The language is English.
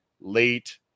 late